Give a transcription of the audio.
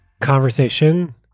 conversation